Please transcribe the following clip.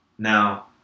Now